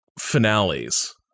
finales